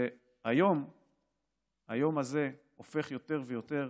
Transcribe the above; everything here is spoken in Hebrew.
והיום הזה הופך יותר ויותר